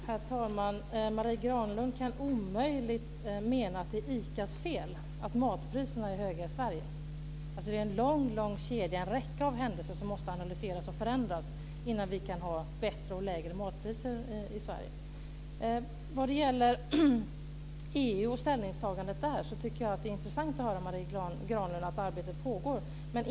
Herr talman! Marie Granlund kan omöjligt mena att det är ICA:s fel att matpriserna är höga i Sverige. Det är en lång räcka av händelser som måste analyseras och mycket som måste förändras innan vi kan ha bättre och lägre matpriser i Sverige. När det gäller EU och det ställningstagandet tycker jag att det är intressant att höra av Marie Granlund att arbetet pågår.